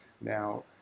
Now